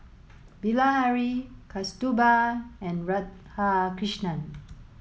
Bilahari Kasturba and Radhakrishnan